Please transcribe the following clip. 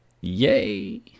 Yay